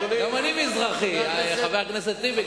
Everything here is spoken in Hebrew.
גם אני מזרחי, חבר הכנסת טיבי.